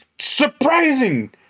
Surprising